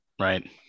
right